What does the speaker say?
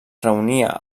reunia